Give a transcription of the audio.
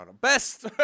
Best